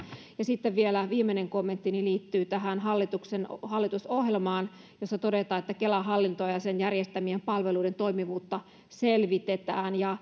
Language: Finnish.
sitten vielä viimeinen kommenttini liittyy hallituksen hallitusohjelmaan jossa todetaan että kelan hallintoa ja sen järjestämien palveluiden toimivuutta selvitetään